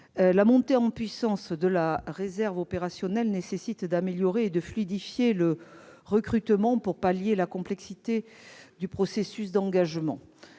La montée en puissance de la réserve opérationnelle nécessite d'améliorer et de fluidifier le recrutement pour pallier la complexité du processus d'engagement.